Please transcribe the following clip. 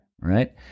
Right